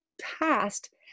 past